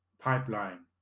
pipeline